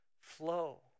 flow